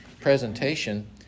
presentation